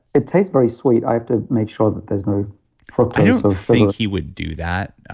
it tastes very sweet. i have to make sure that there's no i don't think he would do that.